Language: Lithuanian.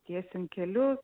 tiesiant kelius